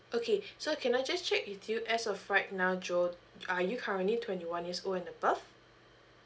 okay so can I just check with you as of right now joe are you currently twenty one years old and above